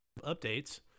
updates